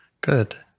good